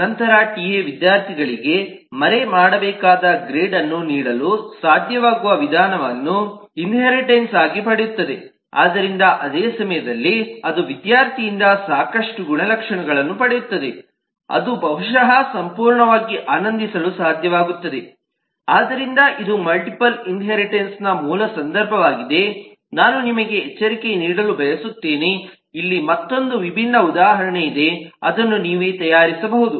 ನಂತರ ಟಿಎ ವಿದ್ಯಾರ್ಥಿಗಳಿಗೆ ಮರೆಮಾಡಬೇಕಾದ ಗ್ರೇಡ್ ಅನ್ನು ನೀಡಲು ಸಾಧ್ಯವಾಗುವ ವಿಧಾನವನ್ನು ಇನ್ಹೇರಿಟ್ಆಗಿ ಪಡೆಯುತ್ತದೆ ಆದ್ದರಿಂದ ಅದೇ ಸಮಯದಲ್ಲಿ ಅದು ವಿದ್ಯಾರ್ಥಿಯಿಂದ ಸಾಕಷ್ಟು ಗುಣಲಕ್ಷಣಗಳನ್ನು ಪಡೆಯುತ್ತದೆ ಅದು ಬಹುಶಃ ಸಂಪೂರ್ಣವಾಗಿ ಆನಂದಿಸಲು ಸಾಧ್ಯವಾಗುತ್ತದೆ ಆದ್ದರಿಂದ ಇದು ಮಲ್ಟಿಪಲ್ ಇನ್ಹೇರಿಟನ್ಸ್ನ ಮೂಲ ಸಂದರ್ಭವಾಗಿದೆ ನಾನು ನಿಮಗೆ ಎಚ್ಚರಿಕೆ ನೀಡಲು ಬಯಸುತ್ತೇನೆ ಇಲ್ಲಿ ಮತ್ತೊಂದು ವಿಭಿನ್ನ ಉದಾಹರಣೆ ಇದೆ ಅದನ್ನು ನೀವೇ ತಯಾರಿಸಬಹುದು